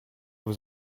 vous